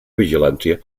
vigilància